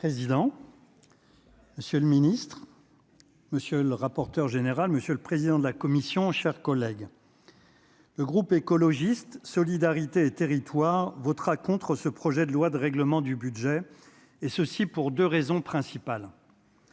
président. Monsieur le ministre, monsieur le rapporteur général, monsieur le président de la commission chers collègues. Le groupe écologiste solidarité et territoires votera contre ce projet de loi de règlement du budget et ceci pour 2 raisons principales.